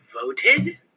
Voted